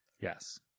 Yes